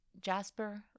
Jasper